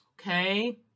Okay